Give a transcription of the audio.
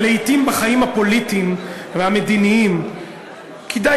ולעתים בחיים הפוליטיים והמדיניים כדאי